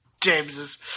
James's